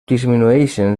disminueixen